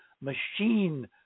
machine